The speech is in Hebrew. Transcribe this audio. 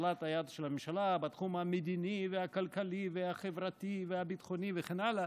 אוזלת היד של הממשלה בתחום המדיני והכלכלי והחברתי והביטחוני וכן הלאה,